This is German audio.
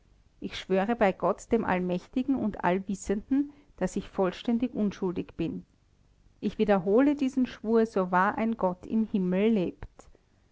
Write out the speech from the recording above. ich schwöre bei gott dem allmächtigen und allwissenden daß ich vollständig unschuldig bin ich wiederhole diesen schwur so wahr ein gott im himmel lebt